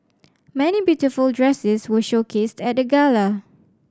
many beautiful dresses were showcased at the gala